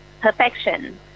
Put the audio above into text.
perfection